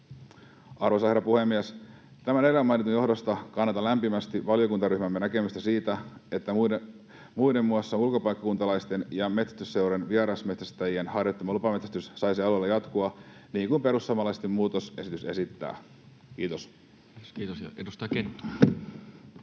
Arvoisa herra puhemies! Tämän edellä mainitun johdosta kannatan lämpimästi valiokuntaryhmämme näkemystä siitä, että muiden muassa ulkopaikkakuntalaisten ja metsästysseurojen vierasmetsästäjien harjoittama lupametsästys saisi alueella jatkua niin kuin perussuomalaisten muutosesitys esittää. — Kiitos. [Speech